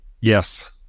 Yes